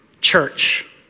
church